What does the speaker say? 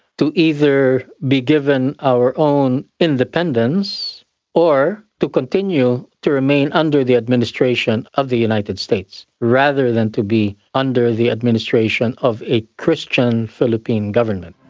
to either be given our own independence or to continue to remain under the administration of the united states, rather than to be under the administration of a christian philippine government.